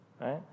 right